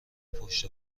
پشت